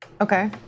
Okay